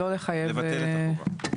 לבטל את החובה הזאת.